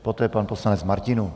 Poté pan poslanec Martinů.